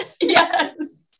Yes